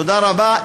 תודה רבה.